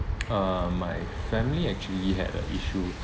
uh my family actually had a issue